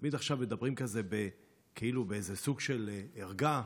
עכשיו מדברים בסוג של ערגה,